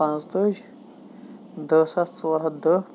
پانٛژتٲجِۍ دہ ساس ژور ہَتھ دہ